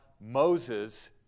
Moses